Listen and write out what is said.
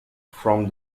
from